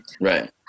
Right